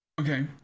okay